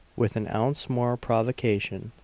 with an ounce more provocation,